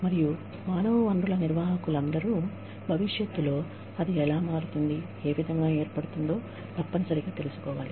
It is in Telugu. మరియు మానవ వనరుల నిర్వాహకులందరూ భవిష్యత్తులో అది ఎలా మారుతుంది ఏ విధంగా ఏర్పడుతుందో తప్పనిసరిగా తెలుసుకోవాలి